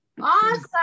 Awesome